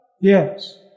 Yes